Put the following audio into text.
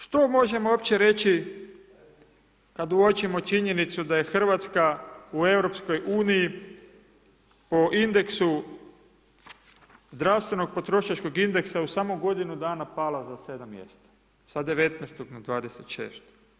Što možemo uopće reći kad uočimo činjenicu da je Hrvatska u Europskoj uniji po indeksu zdravstvenog potrošačkog indeksa u samo godinu dana pala za 7 mjesta, sa 19 na 26.